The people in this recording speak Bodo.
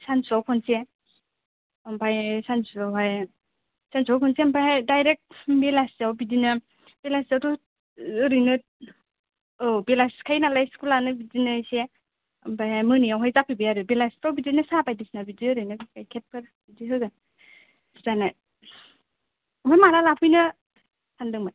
सानसुआव खनसे आमफ्राय सानसुआव हाय सानसुआव खनसे आमफ्राय डायरेक्ट बेलासिआव बिदिनो बेलासिआवथ' एरैनो आव बेलासिखायो नालाय स्कुलआनो बिदिनो एसे आमफ्राय मोनायावहाय जाफैबाय आरो बेलासिफ्राव बिदिनो सा बायदिसिना बिदिनो एरैनो गायखेरफोर बिदि होगोन जानो आमफ्राय माला लाफैनो होन्दोंमोन